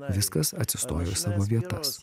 viskas atsistojo į savo vietas